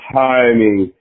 timing